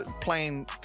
playing